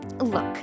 Look